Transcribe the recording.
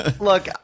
Look